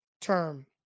term